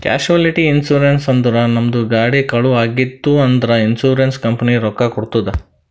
casualty insurance ಅಂದುರ್ ನಮ್ದು ಗಾಡಿ ಕಳು ಆಗಿತ್ತ್ ಅಂದ್ರ ಇನ್ಸೂರೆನ್ಸ್ ಕಂಪನಿ ರೊಕ್ಕಾ ಕೊಡ್ತುದ್